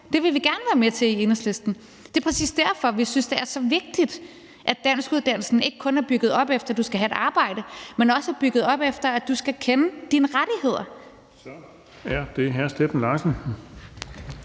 Det vil vi gerne være med til i Enhedslisten. Det er præcis derfor, vi synes, det er så vigtigt, at danskuddannelsen ikke kun er bygget op efter, at du skal have et arbejde, men også er bygget op efter, at du skal kende din rettigheder. Kl. 12:21 Den fg. formand